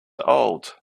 old